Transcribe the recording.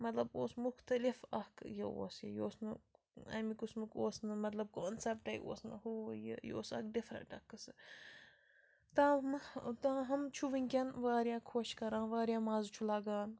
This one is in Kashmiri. مطلب اوس مُختلِف اَکھ یہِ اوس یہِ اوس نہٕ امہِ قٕسمُک اوس نہٕ مطلب کانٛسٮ۪پٹٕے اوس نہٕ ہُہ یہِ یہِ اوس اَکھ ڈِفرَنٹ اَکھ قٕصہٕ تاہم تاہَم چھُ وٕنۍ کٮ۪ن واریاہ خۄش کران واریاہ مَزٕ چھُ لَگان